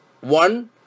one